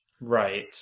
Right